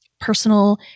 personal